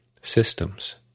systems